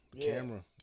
Camera